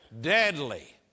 deadly